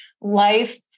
life